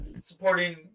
supporting